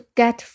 get